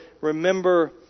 remember